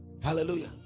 Hallelujah